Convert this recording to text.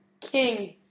King